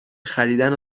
خریدن